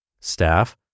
Staff